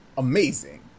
Amazing